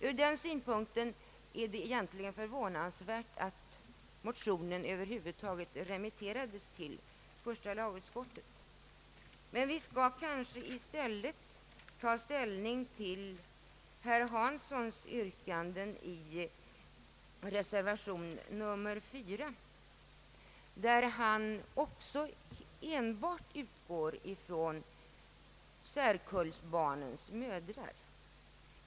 Ur den synpunkten är det egentligen förvånansvärt att motionen över huvud taget remitterats till första lagutskottet. Men vi skall kanske i stället ta ställning till herr Hanssons yrkanden i reservation 4 där han också enbart utgår från särkullsbarnens mödrar.